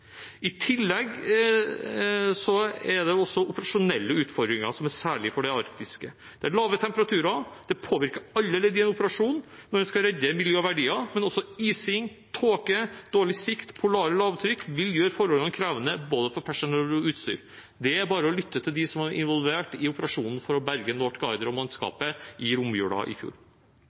I tillegg er det også operasjonelle utfordringer som er særlige for det arktiske. Lave temperaturer påvirker alle ledd i en operasjon når en skal redde miljø og verdier, men også ising, tåke, dårlig sikt og polare lavtrykk vil gjøre forholdene krevende for både personell og utstyr. Det er bare å lytte til dem som var involvert i operasjonen for å berge «Northguider» og mannskapet i romjulen i fjor.